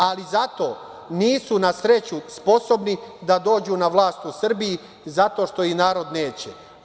Ali zato nisu, na sreću, sposobni da dođu na vlast u Srbiji, zato što ih narod neće.